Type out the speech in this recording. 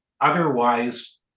otherwise